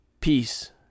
Peace